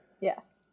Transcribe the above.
Yes